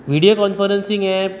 video conferencing app